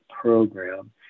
program